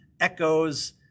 echoes